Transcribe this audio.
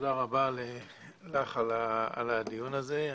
תודה רבה לך על הדיון הזה.